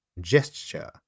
gesture